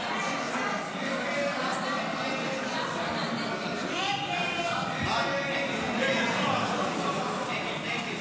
ההצעה להעביר לוועדה את הצעת חוק-יסוד: הכנסת (תיקון,